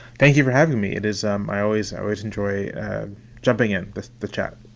thank you for having me. it is um i always i always enjoy jumping in the the chat